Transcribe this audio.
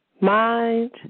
mind